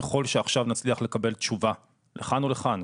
ככל שעכשיו נצליח לקבל תשובה לכאן או לכאן,